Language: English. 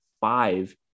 five